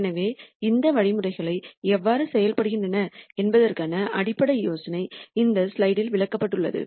எனவே இந்த வழிமுறைகள் எவ்வாறு செயல்படுகின்றன என்பதற்கான அடிப்படை யோசனை இந்த ஸ்லைடில் விளக்கப்பட்டுள்ளது